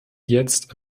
jetzt